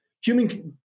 human